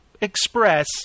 Express